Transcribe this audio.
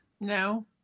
no